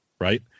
Right